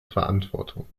verantwortung